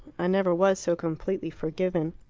i never was so completely forgiven.